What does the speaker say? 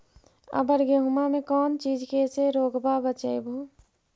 अबर गेहुमा मे कौन चीज के से रोग्बा के बचयभो?